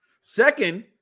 Second